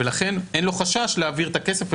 ולכן אין לו חשש להעביר את הכסף,